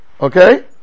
Okay